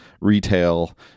retail